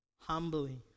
humbly